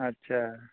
अच्छा